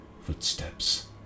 Footsteps